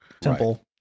Temple